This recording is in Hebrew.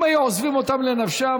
אם היו עוזבים אותם לנפשם,